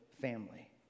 family